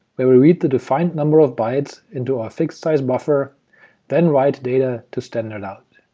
where we read the defined number of bytes into our fixed size buffer then write data to standard out.